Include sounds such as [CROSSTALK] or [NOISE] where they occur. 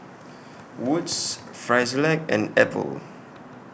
[NOISE] Wood's Frisolac and Apple [NOISE]